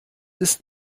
ist